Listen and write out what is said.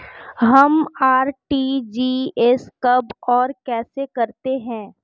हम आर.टी.जी.एस कब और कैसे करते हैं?